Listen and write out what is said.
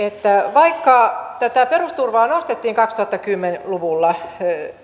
vaikka tätä perusturvaa nostettiin kaksituhattakymmenen luvulla